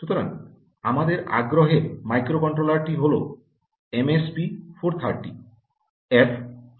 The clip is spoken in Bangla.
সুতরাং আমাদের আগ্রহের মাইক্রো কন্ট্রোলারটি হল এমএসপি 430 এফ 5438 এ